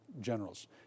generals